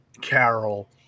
Carol